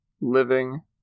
living